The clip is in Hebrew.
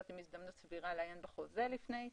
עם הזדמנות סבירה לעיין בחוזה לפני כן.